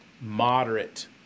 moderate